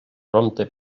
prompte